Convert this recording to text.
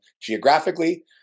geographically